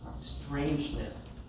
strangeness